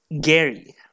Gary